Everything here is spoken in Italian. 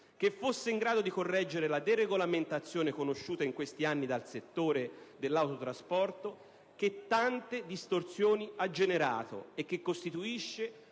che fosse in grado di correggere la deregolamentazione conosciuta in questi anni dal settore dell'autotrasporto, che tante distorsioni ha generato e che costituisce